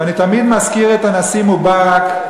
ואני תמיד מזכיר את הנשיא מובארק.